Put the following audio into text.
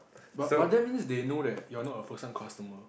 but but that means they know that you are not a first time customer